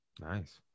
nice